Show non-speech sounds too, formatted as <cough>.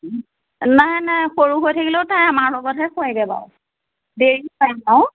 নাই নাই সৰু হৈ থাকিলেও তাই আমাৰ লগতহে শুৱেগে বাৰু দেৰি <unintelligible>